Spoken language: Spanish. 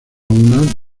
una